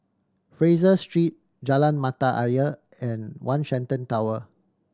Fraser Street Jalan Mata Ayer and One Shenton Tower